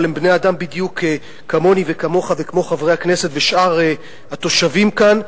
אבל הם בני-אדם בדיוק כמוני וכמוך וכמו חברי הכנסת ושאר התושבים כאן,